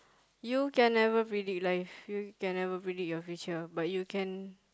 you can never predict life you can never predict your future but you can